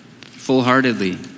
full-heartedly